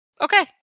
okay